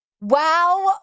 Wow